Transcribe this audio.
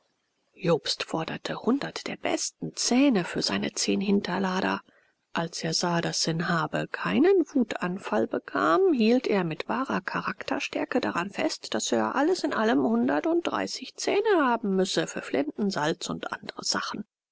jobst forderte hundert der besten zähne für seine zehn hinterlader als er sah daß sanhabe keinen wutanfall bekam hielt er mit wahrer charakterstärke daran fest daß er alles in allem hundertunddreißig zähne haben müsse für flinten salz und andere sachen